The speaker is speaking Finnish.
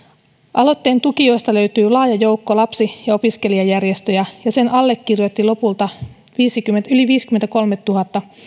aloitteen tukijoista löytyy laaja joukko lapsi ja opiskelijajärjestöjä ja sen allekirjoitti lopulta yli viisikymmentäkolmetuhatta